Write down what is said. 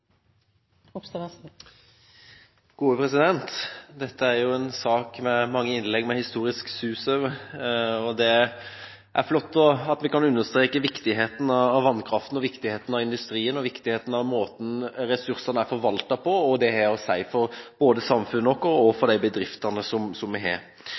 mange innlegg med historisk sus over seg. Det er flott at vi kan understreke viktigheten av vannkraften, viktigheten av industrien og viktigheten av måten ressursene er forvaltet på, og hva det har å si for både samfunnet vårt og bedriftene våre. Men det jeg også synes er viktig i saken, og som